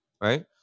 Right